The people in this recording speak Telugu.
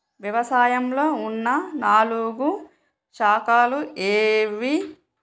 వ్యవసాయంలో ఉన్న నాలుగు శాఖలు ఏవి?